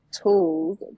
tools